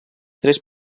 tres